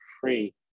free